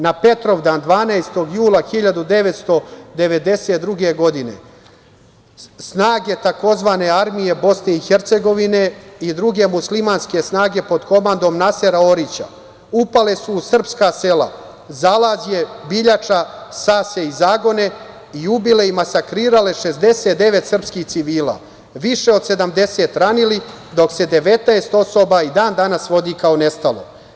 Na Petrovdan 12. jula 1992. godine snage tzv. armije BiH i druge muslimanske snage pod komandom Nasera Orića upale su u srpska sela Zalađe, Biljača, Sase i Zagone i ubile i masakrirale 69 srpskih civila, više od 70 ranili, dok se 19 osoba i dan danas vodi kao nestalo.